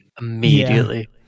immediately